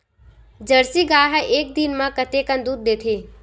Jersey गाय ह एक दिन म कतेकन दूध देथे?